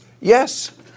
yes